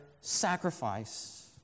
sacrifice